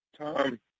Tom